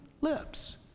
lips